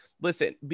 Listen